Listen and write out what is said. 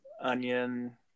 onion